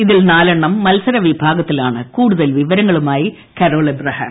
ഇതിൽ നാല് എണ്ണം മത്സര വിഭാഗത്തിലാണ് കൂടുതൽ വിവരങ്ങളുമായി കരോൾ അബ്രഹാം